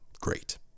great